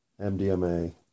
...MDMA